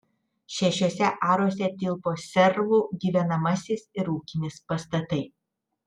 šešiuose aruose tilpo servų gyvenamasis ir ūkinis pastatai